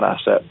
asset